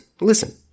listen